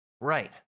Right